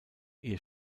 ihr